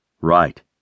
Right